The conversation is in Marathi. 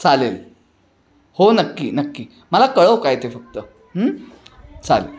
चालेल हो नक्की नक्की मला कळव काय ते फक्त चालेल